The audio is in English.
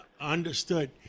Understood